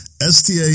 STA